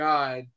God